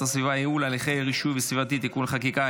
הסביבה (ייעול הליכי רישוי סביבתי) (תיקוני חקיקה),